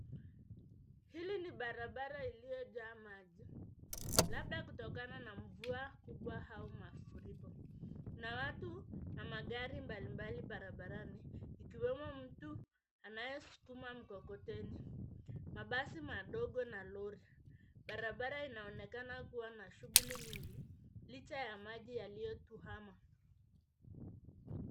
Hili ni barabara iliyojaa maji labda kutokana na mvua kubwa au mafuriko na watu na magari mbalimbali barabarani ikiwemo mtu anayesukuma mkokoteni, mabasi madogo na lori. Barabara inaonekana kuwa na shughuli nyingi licha ya maji yaliyotuhama.